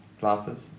glasses